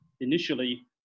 initially